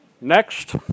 next